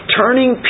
turning